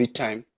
time